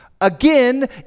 again